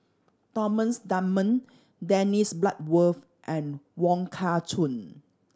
Thomas Dunman Dennis Bloodworth and Wong Kah Chun